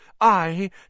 I